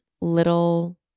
Little